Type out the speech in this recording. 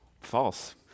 False